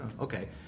Okay